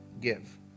give